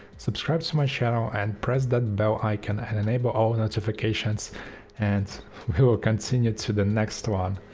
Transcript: subscribe to my channel and press that bell icon and enable all notifications and we will continue to the next one.